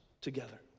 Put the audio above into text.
together